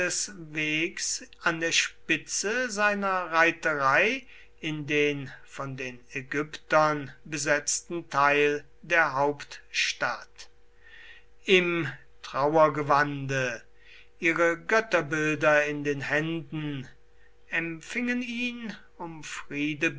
an der spitze seiner reiterei in den von den ägyptern besetzten teil der hauptstadt im trauergewande ihre götterbilder in den händen empfingen ihn um friede